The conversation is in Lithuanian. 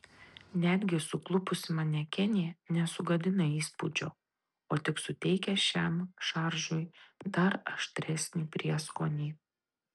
netgi suklupusi manekenė nesugadina įspūdžio o tik suteikia šiam šaržui dar aštresnį prieskonį